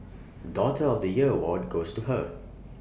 daughter of the year award goes to her